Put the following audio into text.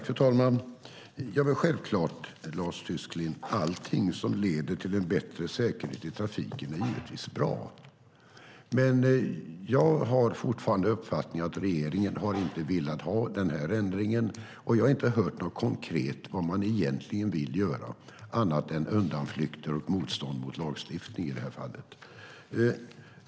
Fru talman! Det är väl självklart, Lars Tysklind, att allting som leder till bättre säkerhet i trafiken är bra. Men jag har fortfarande uppfattningen att regeringen inte har velat ha den här ändringen. Och jag har inte hört något konkret om vad man egentligen vill göra, annat än undanflykter och motstånd mot lagstiftning i det här fallet.